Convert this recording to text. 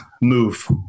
move